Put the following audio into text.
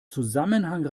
zusammenhang